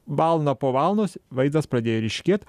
valanda po valandos vaizdas pradėjo ryškėt